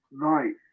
Right